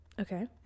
Okay